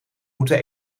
moeten